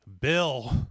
Bill